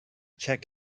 check